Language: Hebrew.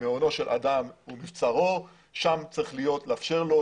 מעונו של אדם הוא מבצרו ושם צריך לאפשר לו,